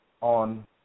on